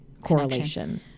correlation